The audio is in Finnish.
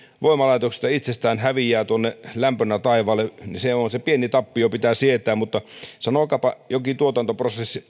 voimalaitoksista itsestään häviää lämpönä taivaalle se pieni tappio pitää sietää mutta sanokaapa tässä maassa jokin tuotantoprosessi